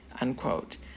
unquote